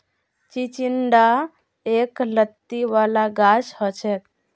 चिचिण्डा एक लत्ती वाला गाछ हछेक